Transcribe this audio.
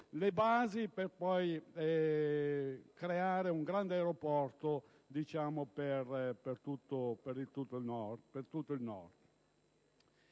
le basi per poi creare un grande aeroporto per tutto il Nord